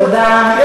תודה.